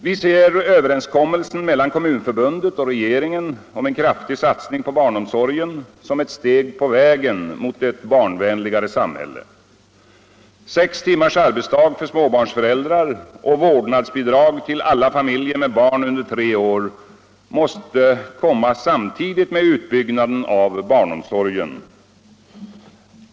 Vi ser överenskommelsen mellan Kommunförbundet och regeringen om en kraftig satsning på barnomsorgen som ett steg på vägen mot ett barnvänligare samhälle. Sex timmars arbetsdag för småbarnsföräldrar och vårdnadsbidrag till alla familjer med barn under tre år måste komma samtidigt med utbyggnaden av barnomsorgen.